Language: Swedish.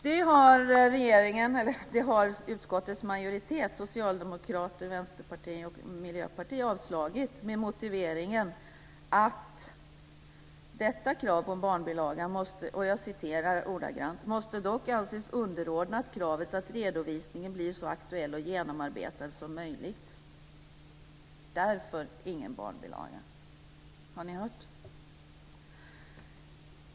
Det har utskottets majoritet - Socialdemokraterna, Vänsterpartiet och Miljöpartiet - avstyrkt med motiveringen att detta krav på en barnbilaga "måste dock anses underordnat kravet att redovisningen blir så aktuell och genomarbetad som möjligt". Därför ingen barnbilaga - har ni hört?